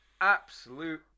absolute